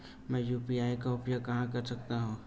मैं यू.पी.आई का उपयोग कहां कर सकता हूं?